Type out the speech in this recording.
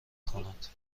کند